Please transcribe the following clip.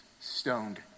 stoned